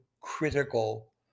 critical